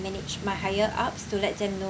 manage my higher ups to let them know